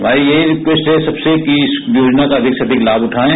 हमारी यही रिक्वेस्ट है सबसे कि इस योजना का अधिक से अधिक लाभ उवाएं